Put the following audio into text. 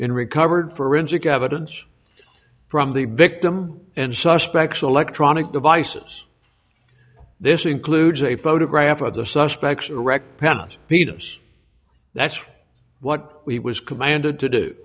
in recovered forensic evidence from the victim and suspects electronic devices this includes a photograph of the suspects erect pen and meters that's what he was commanded to do